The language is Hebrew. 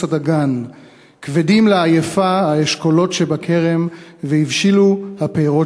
הדגן / כבדים לעייפה האשכולות שבכרם / והבשילו הפירות